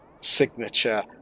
signature